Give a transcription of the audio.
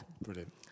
Brilliant